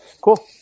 cool